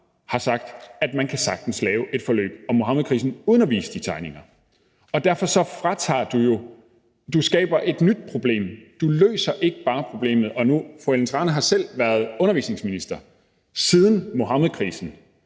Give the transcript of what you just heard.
har sagt, at man sagtens kan lave et forløb om Muhammedkrisen uden at vise de tegninger. Derfor skaber du jo et nyt problem, du løser ikke bare problemet. Fru Ellen Trane Nørby har selv været undervisningsminister i perioden siden Muhammedkrisen,